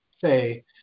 say